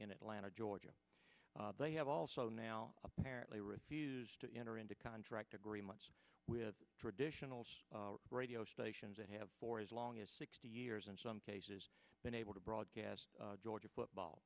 in atlanta ga they have also now apparently refused to enter into contract agreements with traditional radio stations and have for as long as sixty years in some cases been able to broadcast georgia football